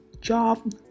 job